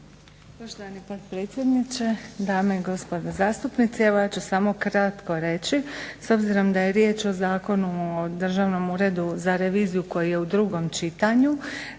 Gospodine potpredsjedniče, dame i gospodo zastupnici. Evo ja ću samo ukratko reći s obzirom da je riječ o Zakonu o državnom uredu za reviziju koji je u drugom čitanju.